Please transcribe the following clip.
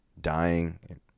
dying